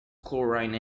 chlorine